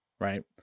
Right